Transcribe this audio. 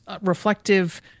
reflective